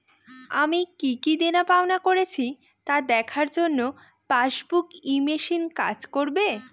আমি কি কি দেনাপাওনা করেছি তা দেখার জন্য পাসবুক ই মেশিন কাজ করবে?